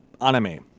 anime